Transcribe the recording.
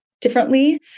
differently